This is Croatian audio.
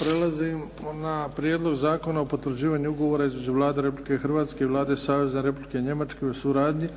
glasovanje Konačni prijedlog Zakona o potvrđivanju ugovora između Vlade Republike Hrvatske i Vlade Savezne Republike Njemačke o suradnji